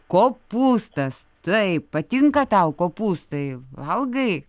kopūstas taip patinka tau kopūstai valgai